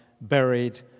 buried